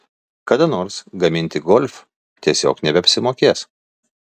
kada nors gaminti golf tiesiog nebeapsimokės